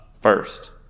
first